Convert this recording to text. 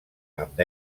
amb